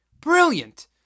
Brilliant